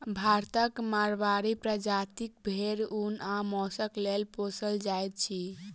भारतक माड़वाड़ी प्रजातिक भेंड़ ऊन आ मौंसक लेल पोसल जाइत अछि